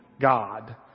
God